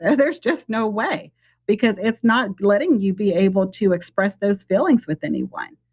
and there's just no way because it's not letting you be able to express those feelings with anyone.